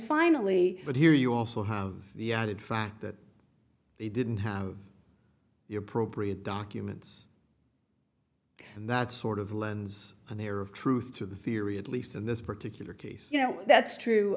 finally but here you also have the added fact that they didn't have the appropriate documents and that's sort of the lens and there of truth to the theory at least in this particular case you know that's true